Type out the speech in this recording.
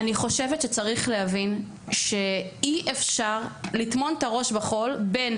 אני חושבת שצריך להבין שאי אפשר לטמון את הראש בחול בין